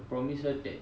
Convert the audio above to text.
promise her that